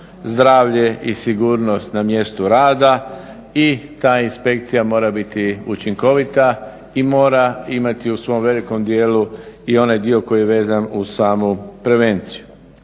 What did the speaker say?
zdravlje i sigurnost na mjestu rada i ta inspekcija mora biti učinkovita i mora imati u svom velikom dijelu i onaj dio koji je vezan uz samu prevenciju.